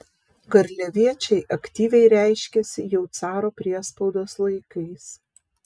garliaviečiai aktyviai reiškėsi jau caro priespaudos laikais